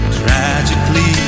tragically